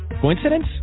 Coincidence